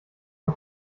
mal